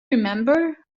remember